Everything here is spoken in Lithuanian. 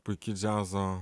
puiki džiazo